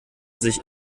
sich